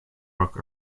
rock